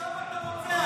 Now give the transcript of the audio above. לשם אתה רוצה,